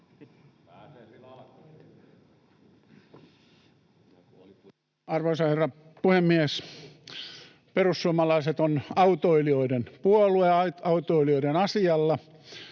Arvoisa herra puhemies! Perussuomalaiset on autoilijoiden puolue,